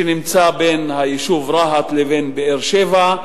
שנמצא בין היישוב רהט לבין באר-שבע,